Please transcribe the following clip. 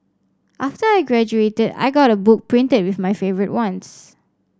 after I graduated I got a book printed with my favourite ones